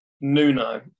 Nuno